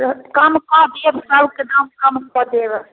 बहुत कम कऽ दिऔ तऽ सबकेँ दाम कम कऽ देब